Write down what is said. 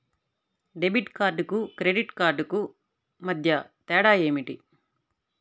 Debit కార్డుకు credit credit కార్డుకు మధ్య తేడా ఏమిటీ?